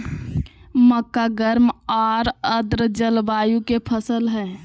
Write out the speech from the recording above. मक्का गर्म आर आर्द जलवायु के फसल हइ